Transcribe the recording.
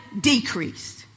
decreased